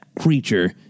creature